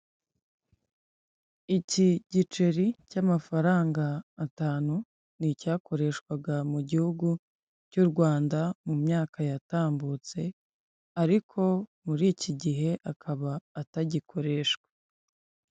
Iki igiceri cy'amafaranga atanu ni icyakoreshwaga mu gihugu cy'u Rwanda mu myaka yatambutse, ariko muri iki gihe akaba atagikoreshwa.